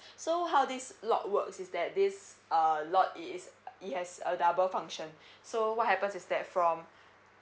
so how this lot works is that this uh lot it is it has a double function so what happens is that from